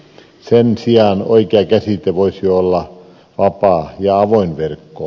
sen sijaan oikea käsite voisi olla vapaa ja avoin verkko